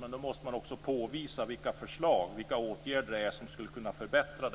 Men då måste man också påvisa vilka förslag och vilka åtgärder som skulle kunna förbättra